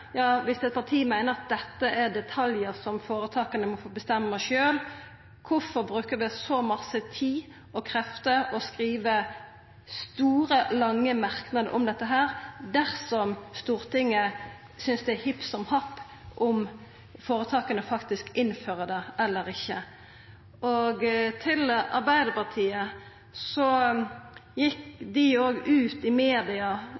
som føretaka må få bestemma sjølve, kvifor bruker vi så mykje tid og krefter og skriv lange merknader om dette – dersom Stortinget synest det er hipp som happ om føretaka faktisk innfører det eller ikkje? Så til Arbeidarpartiet: Dei gjekk ut i media,